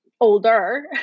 older